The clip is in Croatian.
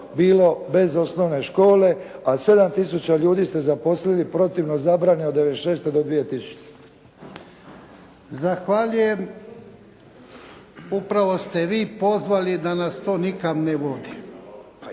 bilo bez osnovne škole, a 7000 ljudi ste zaposlili protivno zabrane od '96. do 2000. **Jarnjak, Ivan (HDZ)** Zahvaljujem. Upravo ste vi pozvali da nas to nikam ne vodi.